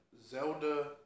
Zelda